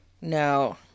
No